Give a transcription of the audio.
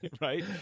right